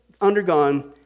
undergone